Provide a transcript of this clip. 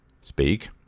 Speak